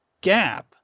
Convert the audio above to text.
gap